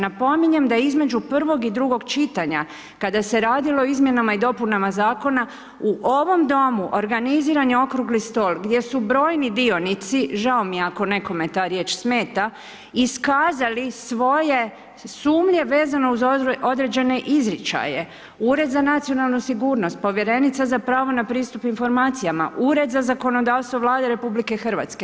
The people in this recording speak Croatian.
Napominjem da između prvog i drugog čitanja kada se radilo o izmjenama i dopunama zakona u ovom Domu organiziran je Okrugli stol gdje su brojni dionici, žao mi je ako nekome ta riječ smeta iskazali svoje sumnje vezane uz određene izričaje Ured za nacionalnu sigurnost, povjerenica za pravo na pristup informacijama, Ured za zakonodavstvo Vlade RH.